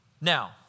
Now